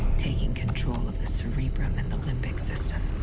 taking control of the cerebrum and the limbic system,